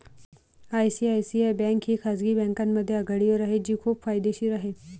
ICICI bank ही खाजगी बँकांमध्ये आघाडीवर आहे जी खूप फायदेशीर आहे